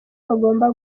bagomba